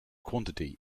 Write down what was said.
quantity